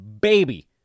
baby